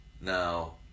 Now